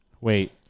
Wait